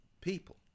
people